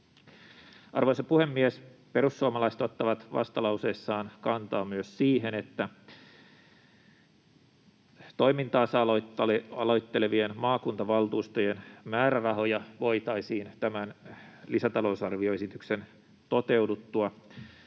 Arvoisa puhemies! Perussuomalaiset ottavat vastalauseessaan kantaa myös siihen, että toimintaansa aloittelevien maakuntavaltuustojen määrärahoja voitaisiin tämän lisätalousarvioesityksen toteuduttua